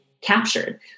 captured